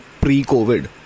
pre-COVID